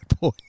boy